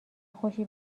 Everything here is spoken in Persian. خوشی